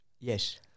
Yes